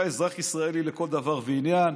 אתה אזרח ישראלי לכל דבר ועניין,